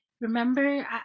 remember